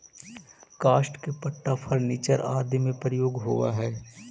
काष्ठ के पट्टा फर्नीचर आदि में प्रयोग होवऽ हई